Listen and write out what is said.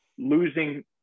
Losing